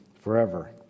forever